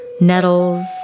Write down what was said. nettles